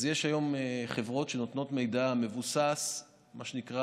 אז יש היום חברות שנותנות מידע מבוסס, מה שנקרא